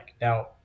Now